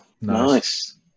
Nice